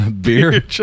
beer